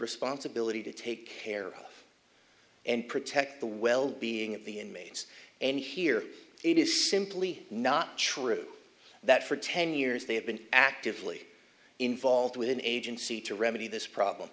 responsibility to take care of and protect the well being of the inmates and here it is simply not true that for ten years they have been actively involved with an agency to remedy this problem